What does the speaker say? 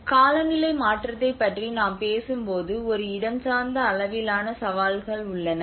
காலநிலை மாற்றத்தைப் பற்றி நாம் பேசும்போது ஒரு இடஞ்சார்ந்த அளவிலான சவால்கள் உள்ளன